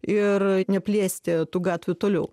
ir neplėsti tų gatvių toliau